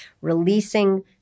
releasing